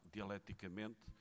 Dialeticamente